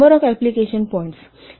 number of application points आहे